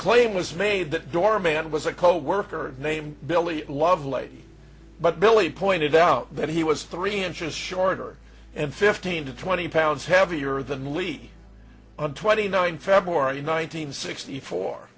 claim was made that doorman was a coworker named billy lovelady but billy pointed out that he was three inches shorter and fifteen to twenty pounds heavier than lead on twenty nine february nine hundred sixty four